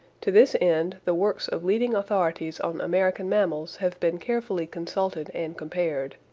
to this end the works of leading authorities on american mammals have been carefully consulted and compared.